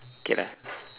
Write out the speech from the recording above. okay lah